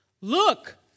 Look